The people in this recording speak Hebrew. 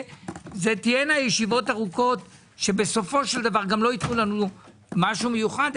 תהיינה ישיבות ארוכות שבסופו של דבר גם לא ייתנו לנו משהו מיוחד,